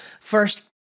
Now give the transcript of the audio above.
first